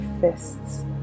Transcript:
fists